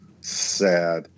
sad